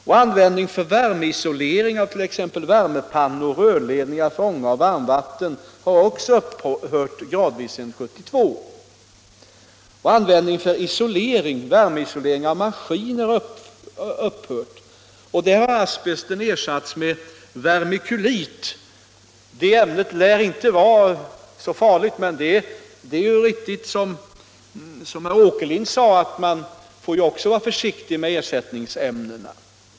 Användningen av asbest för värmeisolering av t.ex. värmepannor och rörledningar för ånga och varmvatten har också upphört gradvis sedan 1972. Asbest används inte heller för isolering av maskiner; där har asbesten ersatts med vermiculit. Det lär inte vara så farligt, men herr Åkerlind har rätt i att man får vara försiktig också med ersättningsämnena.